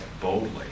boldly